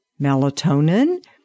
melatonin